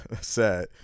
Sad